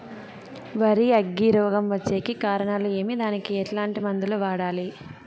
వరి అగ్గి రోగం వచ్చేకి కారణాలు ఏమి దానికి ఎట్లాంటి మందులు వాడాలి?